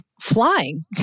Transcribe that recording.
flying